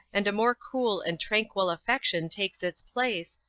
and a more cool and tranquil affection takes its place,